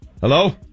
Hello